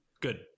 Good